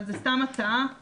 אבל זה סתם הצעה,